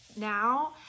now